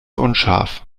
unscharf